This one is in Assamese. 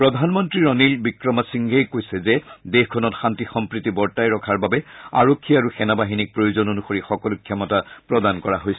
প্ৰধানমন্ত্ৰী ৰনিল বিক্ৰমাসিংঘেই কৈছে যে দেশখনত শান্তি সম্প্ৰীতি বৰ্তাই ৰখাৰ বাবে আৰক্ষী আৰু সেনাবাহিনীক প্ৰয়োজন অনুসৰি সকলো ক্ষমতা প্ৰদান কৰা হৈছে